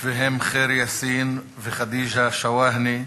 והם ח'יר יאסין וח'דיג'ה שואהנה,